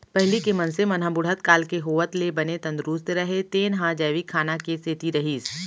पहिली के मनसे मन ह बुढ़त काल के होवत ले बने तंदरूस्त रहें तेन ह जैविक खाना के सेती रहिस